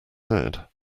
said